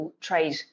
trade